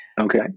Okay